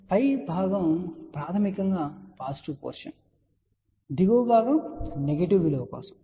కాబట్టి పై భాగం ప్రాథమికంగా పాజిటివ్ పోర్షన్ కోసం దిగువ భాగం నెగెటివ్ విలువ కోసం